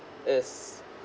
is